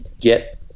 get